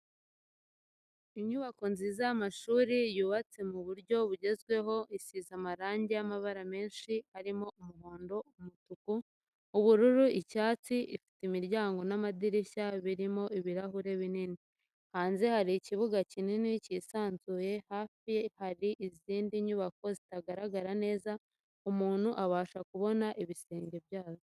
Inyubako nziza y'amashuri yubatse mu buryo bugezweho isize amarangi y'amabara menshi arimo umuhondo. umutuku, ubururu, icyatsi, ifite imiryango n'amadirishya birimo ibirahuri binini, hanze hari ikibuga kinini kisanzuye, hafi yaho hari izindi nyubako zitaharagara neza umuntu abasha kubona ibisenge byazo.